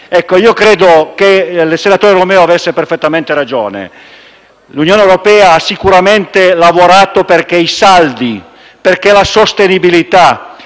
Ecco io credo che il senatore Romeo avesse perfettamente ragione. L'Unione europea ha sicuramente lavorato perché i saldi, la sostenibilità